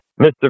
Mr